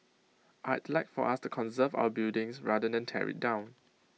I'd like for us to conserve our buildings rather than tear IT down